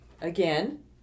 again